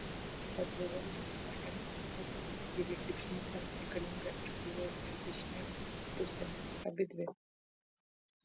o dvi valdžios lageriams patogu lygiai kaip žnyplėms reikalinga ir kairė ir dešinė pusė abidvi